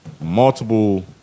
multiple